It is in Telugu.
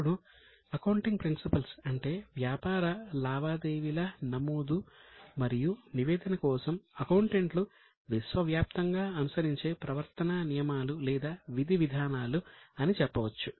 ఇప్పుడు అకౌంటింగ్ ప్రిన్సిపల్స్ అంటే వ్యాపార లావాదేవీల నమోదు మరియు నివేదన కోసం అకౌంటెంట్లు విశ్వవ్యాప్తంగా అనుసరించే ప్రవర్తనా నియమాలు లేదా విధివిధానాలు అని చెప్పవచ్చు